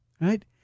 Right